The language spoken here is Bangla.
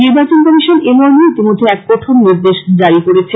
নির্বাচন কমিশন এই মর্মে ইতিমধ্যে এক কঠোর নির্দেশ জারী করেছে